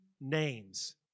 names